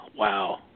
Wow